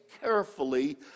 carefully